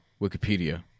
Wikipedia